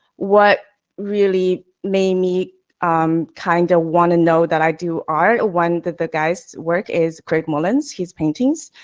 what really made me um kind of wanna know that i do are one that the guys work is craig mullins, his paintings,